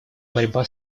борьба